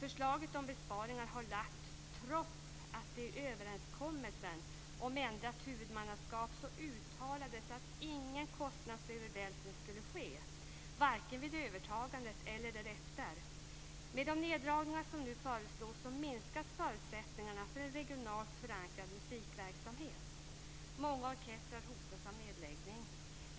Förslaget om besparingar har lagts fram trots att det i överenskommelsen om ändrat huvudmannaskap uttalades att ingen kostnadsövervältring skulle ske - varken vid övertagandet eller därefter. Med de neddragningar som nu föreslås minskas förutsättningarna för en regionalt förankrad musikverksamhet. Många orkestrar hotas av nedläggning.